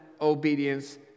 obedience